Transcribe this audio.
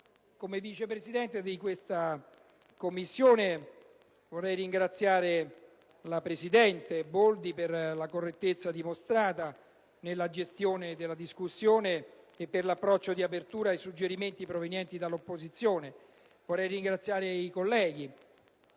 Come vice presidente della Commissione, vorrei ringraziare la presidente Boldi per la correttezza dimostrata nella gestione della discussione e per l'approccio di apertura ai suggerimenti provenienti dall'opposizione. Vorrei ringraziare poi